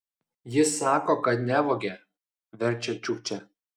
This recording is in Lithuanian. jis sako kad nevogė verčia čiukčia